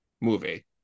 movie